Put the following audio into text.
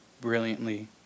brilliantly